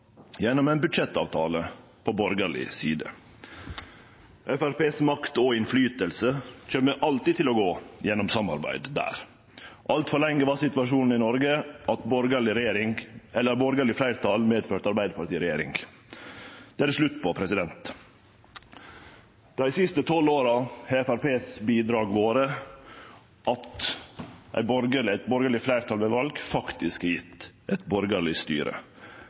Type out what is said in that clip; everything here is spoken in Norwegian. gjennom ein budsjettavtale på borgarleg side. Framstegspartiets makt og innflytelse kjem alltid til å gå gjennom samarbeid der. Altfor lenge var situasjonen i Noreg at borgarleg fleirtal medførte arbeidarpartiregjering. Det er det slutt på. Dei siste tolv åra har Framstegspartiets bidrag vore at eit borgarleg fleirtal ved val faktisk har gjeve eit borgarleg styre.